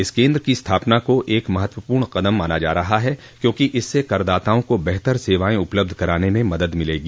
इस केन्द्र की स्थापना को एक महत्वपूर्ण कदम माना जा रहा है क्योंकि इससे करदाताओं को बेहतर सेवाएं उपलब्ध कराने में मदद मिलेगी